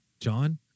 John